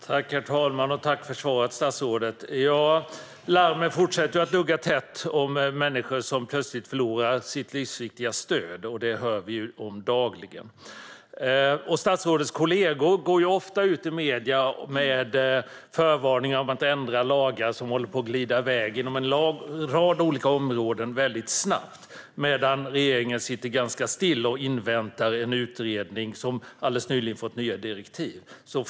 Herr talman! Jag tackar statsrådet för svaret. Larmen fortsätter att dugga tätt om människor som plötsligt förlorar sitt livsviktiga stöd. Dagligen hör vi om det. Statsrådets kollegor går ofta ut i medierna med förvarning om att ändra lagar som håller på att glida iväg inom en rad olika områden väldigt snabbt. Samtidigt sitter regeringen ganska still och inväntar en utredning som nyligen fått nya direktiv.